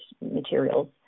materials